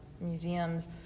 museums